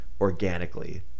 organically